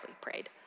prayed